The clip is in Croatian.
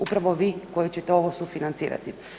Upravo vi koji ćete ovo sufinancirati.